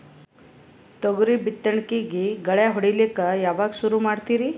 ತೊಗರಿ ಬಿತ್ತಣಿಕಿಗಿ ಗಳ್ಯಾ ಹೋಡಿಲಕ್ಕ ಯಾವಾಗ ಸುರು ಮಾಡತೀರಿ?